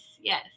yes